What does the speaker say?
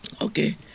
Okay